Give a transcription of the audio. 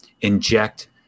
inject